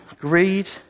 greed